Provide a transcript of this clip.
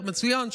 מצוין,